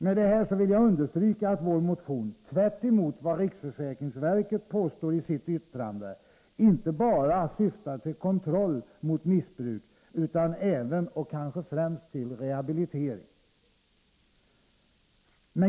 Med det här vill jag understryka att vår motion, tvärtemot vad riksförsäkringsverket påstår i sitt yttrande, inte bara syftar till kontroll mot missbruk utan även och kanske främst till rehabilitering.